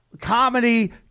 comedy